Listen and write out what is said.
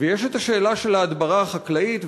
ויש השאלה של ההדברה החקלאית.